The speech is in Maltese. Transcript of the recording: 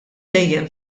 dejjem